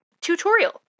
tutorial